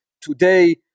Today